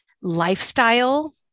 lifestyle